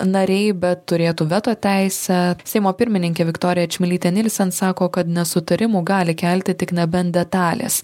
nariai bet turėtų veto teisę seimo pirmininkė viktorija čmilytė nielsen sako kad nesutarimų gali kelti tik nebent detalės